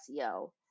SEO